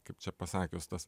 kaip čia pasakius tas